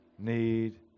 Need